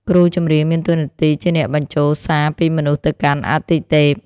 គ្រូចម្រៀងមានតួនាទីជាអ្នកបញ្ជូនសារពីមនុស្សទៅកាន់អាទិទេព។